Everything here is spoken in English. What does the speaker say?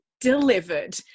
delivered